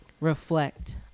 reflect